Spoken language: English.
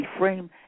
reframe